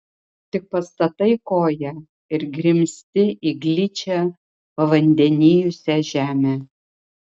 tik pastatai koją ir grimzti į gličią pavandenijusią žemę